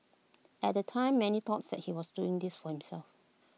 at the time many thought that he was doing this for himself